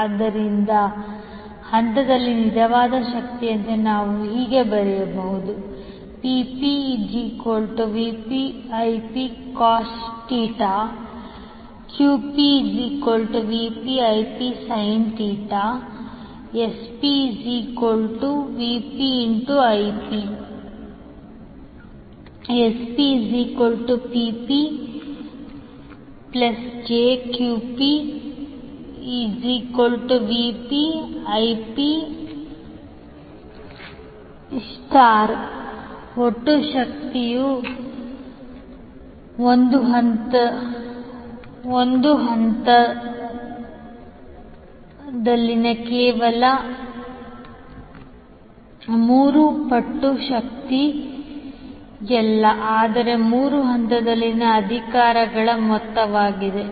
ಆದ್ದರಿಂದ ಹಂತದಲ್ಲಿ ನಿಜವಾದ ಶಕ್ತಿಯಂತೆ ನಾವು ಹೀಗೆ ಬರೆಯಬಹುದು PpVpIpcos QpVpIpsin SpVpIp SpPpjQpVpIp ಒಟ್ಟು ಶಕ್ತಿಯು ಒಂದು ಹಂತದಲ್ಲಿ ಕೇವಲ ಮೂರು ಪಟ್ಟು ಶಕ್ತಿಯಲ್ಲ ಆದರೆ ಮೂರು ಹಂತಗಳಲ್ಲಿನ ಅಧಿಕಾರಗಳ ಮೊತ್ತವಾಗಿದೆ